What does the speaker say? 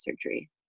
surgery